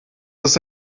ist